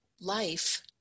life